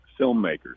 filmmakers